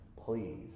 Please